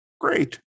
Great